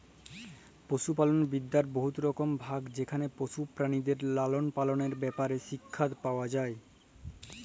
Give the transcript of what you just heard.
পশুপালল বিদ্যার বহুত রকম ভাগ যেখালে পশু পেরালিদের লালল পাললের ব্যাপারে শিখ্খা পাউয়া যায়